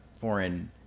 foreign